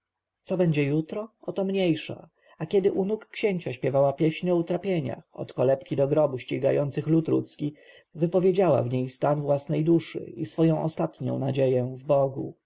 co będzie jutro o to mniejsza a kiedy u nóg księcia śpiewała pieśń o utrapieniach od kolebki do grobu ścigających ród ludzki wypowiedziała w niej stan własnej duszy swoją ostatnią nadzieję w bogu